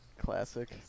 classic